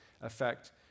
affect